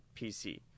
PC